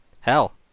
hell